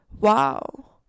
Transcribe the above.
wow